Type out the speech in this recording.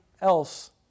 else